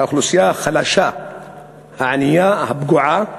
האוכלוסייה החלשה הענייה, הפגועה,